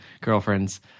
girlfriends